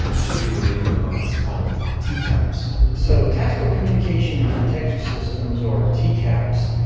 should be wearing a device called tcaps so tactical communication and protective systems, or tcaps,